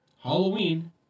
Halloween